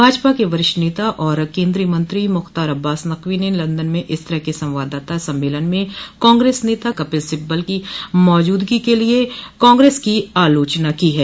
भाजपा के वरिष्ठ नेता और केन्द्रीय मंत्री मुख्तार अब्बास नकवी ने लंदन में इस तरह के संवाददाता सम्मेलन में कांग्रेस नेता कपिल सिब्बल की मौजूदगी के लिए कांग्रेस की आलोचना की है